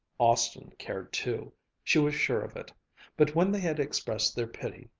austin cared too she was sure of it but when they had expressed their pity,